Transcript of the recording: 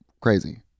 crazy